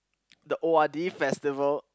the O_R_D festival